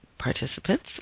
Participants